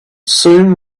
soon